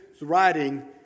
writing